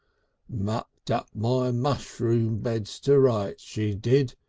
mucked up my mushroom bed so to rights, she did,